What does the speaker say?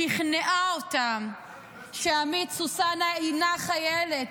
שכנעה אותם שעמית סוסנה אינה חיילת,